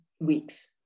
weeks